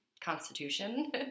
constitution